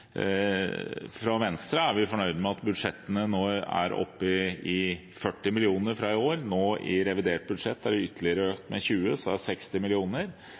Venstre er fornøyd med at budsjettene nå er oppe i 40 mill. kr fra i år, og i revidert budsjett er det ytterligere økt med 20 mill. kr, så det er 60